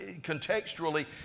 contextually